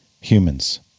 humans